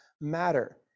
matter